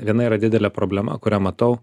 viena yra didelė problema kurią matau